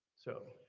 so,